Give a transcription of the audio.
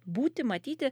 būti matyti